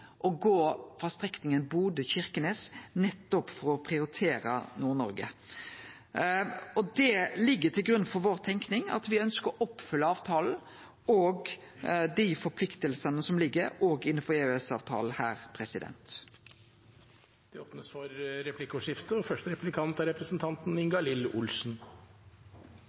å gå for strekninga Bodø–Kirkenes, nettopp for å prioritere Nord-Noreg. Det ligg til grunn for vår tenking: at me ønskjer å oppfylle avtalen og dei forpliktingane som ligg der, òg innanfor EØS-avtalen. Det blir replikkordskifte. Jeg er glad for